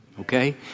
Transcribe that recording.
Okay